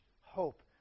hope